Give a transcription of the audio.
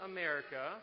America